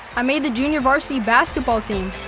i made the junior varsity basketball team!